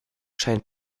scheint